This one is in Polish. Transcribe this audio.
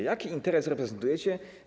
Jaki interes reprezentujecie?